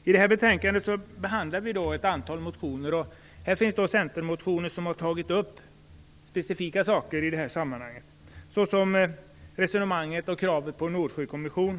I detta betänkande behandlas ett antal motioner, och det är bl.a. centermotioner om specifika saker i detta sammanhang. Det är resonemanget om och kravet på en Nordsjökommission.